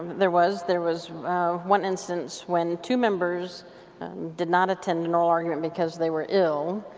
there was. there was one instance when two members did not attend an oral argument because they were ill.